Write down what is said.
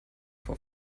vor